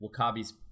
Wakabi's